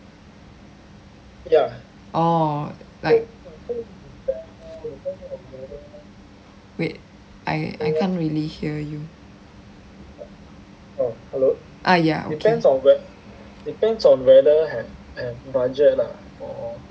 orh like wait I I can't really hear you ah ya okay